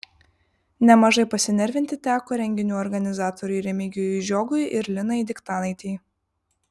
nemažai pasinervinti teko renginių organizatoriui remigijui žiogui ir linai diktanaitei